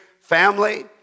family